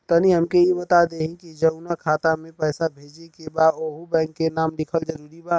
तनि हमके ई बता देही की जऊना खाता मे पैसा भेजे के बा ओहुँ बैंक के नाम लिखल जरूरी बा?